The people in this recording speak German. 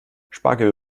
spargel